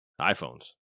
iPhones